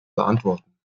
beantworten